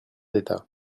d’état